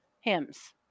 hymns